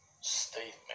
statement